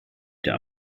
der